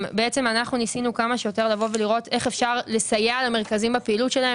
ניסינו כמה שיותר לראות איך אפשר לסייע למרכזים בפעילות שלהם.